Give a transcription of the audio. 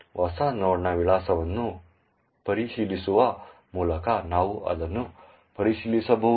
ಹೊಸ ನೋಡ್ನ ವಿಳಾಸವನ್ನು ಪರಿಶೀಲಿಸುವ ಮೂಲಕ ನಾವು ಅದನ್ನು ಪರಿಶೀಲಿಸಬಹುದು